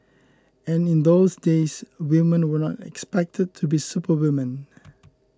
and in those days women were not expected to be superwomen